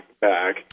back